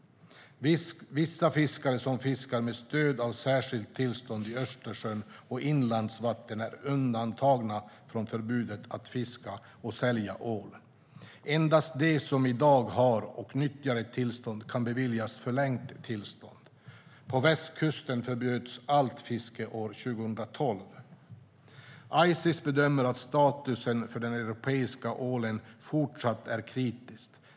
Vissa fiskare som fiskar med stöd av särskilt tillstånd i Östersjön och inlandsvatten är undantagna från förbudet att fiska och sälja ål. Endast de som i dag har och nyttjar ett tillstånd kan beviljas förlängt tillstånd. På västkusten förbjöds allt fiske år 2012. Ices bedömer att statusen för den europeiska ålen fortsatt är kritisk.